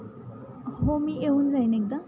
हो मी येऊन जाईन एकदा